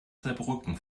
saarbrücken